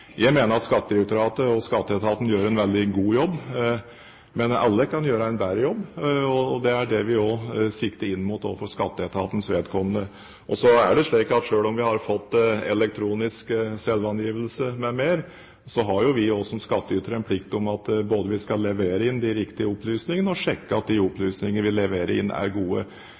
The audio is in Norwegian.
Jeg mener at Skattedirektoratet og Skatteetaten gjør en veldig god jobb, men alle kan gjøre en bedre jobb, og det er også det vi sikter inn mot for Skatteetatens vedkommende. Så er det slik at selv om vi har fått elektronisk selvangivelse m.m., har også vi som skatteytere en plikt til både å levere inn de riktige opplysningene og sjekke at de opplysningene vi leverer inn, er gode.